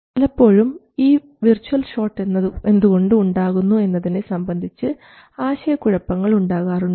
പലപ്പോഴും ഈ virtual short എന്തുകൊണ്ട് ഉണ്ടാകുന്നു എന്നതിനെ സംബന്ധിച്ച് ആശയക്കുഴപ്പങ്ങൾ ഉണ്ടാകാറുണ്ട്